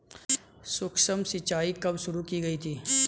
सूक्ष्म सिंचाई कब शुरू की गई थी?